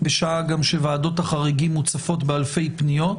בשעה גם שוועדות החריגים מוצפות באלפי פניות,